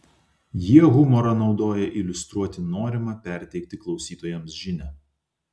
jie humorą naudoja iliustruoti norimą perteikti klausytojams žinią